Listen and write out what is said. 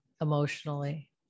emotionally